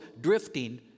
drifting